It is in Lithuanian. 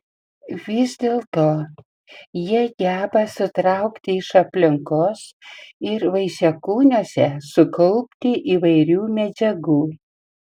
vis dėlto jie geba sutraukti iš aplinkos ir vaisiakūniuose sukaupti įvairių medžiagų